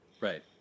Right